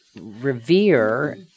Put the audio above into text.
Revere